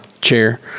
chair